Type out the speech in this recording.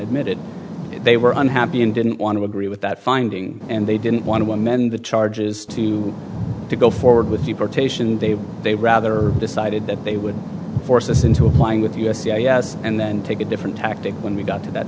admitted they were unhappy and didn't want to agree with that finding and they didn't want to amend the charges to go forward with deportation they they rather decided that they would force us into applying with us yes and then take a different tactic when we got to that